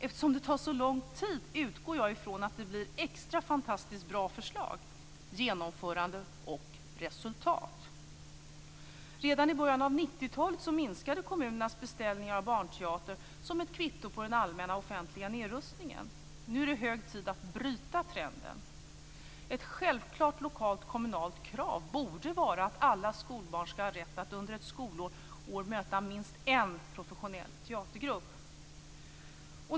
Eftersom det tar så lång tid utgår jag från att det blir ett extra fantastiskt bra förslag, genomförande och resultat. Redan i början av 1990-talet minskade kommunernas beställning av barnteater som ett kvitto på den allmänna offentliga nedrustningen. Nu är det hög tid att bryta trenden. Ett självklart lokalt kommunalt krav borde vara att alla skolbarn ska ha rätt att under ett skolår möta minst en professionell teatergrupp.